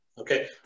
Okay